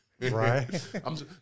Right